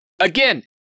Again